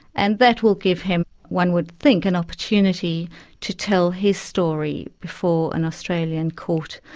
and that will give him, one would think, an opportunity to tell his story before an australian court,